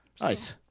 Nice